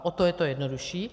O to je to jednodušší.